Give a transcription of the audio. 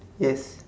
yes